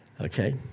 Okay